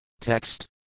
Text